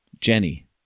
Jenny